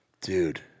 Dude